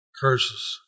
curses